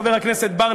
חבר הכנסת בר,